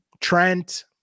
Trent